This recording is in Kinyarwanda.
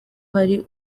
hari